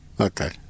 okay